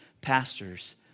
pastors